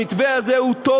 המתווה הזה הוא טוב.